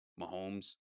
Mahomes